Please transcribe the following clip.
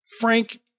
Frank